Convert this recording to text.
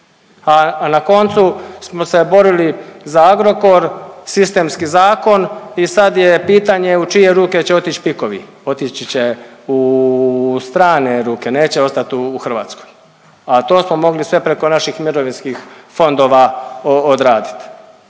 a na koncu smo se borili za Agrokor, sistemski zakon i sad je pitanje u čije ruke će otići PIK-ovi. Otići će u strane ruke, neće ostati u Hrvatskoj, a to smo mogli sve preko naših mirovinskih fondova odradit.